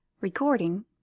Recording